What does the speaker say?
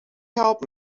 help